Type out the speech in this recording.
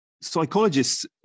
psychologists